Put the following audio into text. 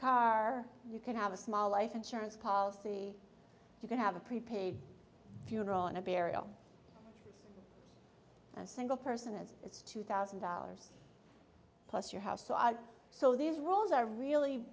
car you can have a small life insurance policy you can have a prepaid funeral and burial a single person and it's two thousand dollars plus your house so our so these rules are really